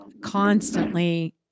constantly